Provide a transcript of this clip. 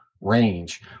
range